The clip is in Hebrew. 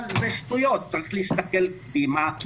אבל זה שטויות, צריך להסתכל קדימה,